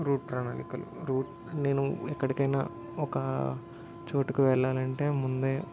route ప్రణాళికలు route నేను ఎక్కడికైనా ఒక చోటుకు వెళ్ళాలంటే ముందే